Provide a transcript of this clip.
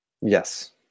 Yes